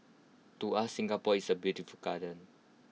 to us Singapore is A beautiful garden